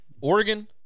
Oregon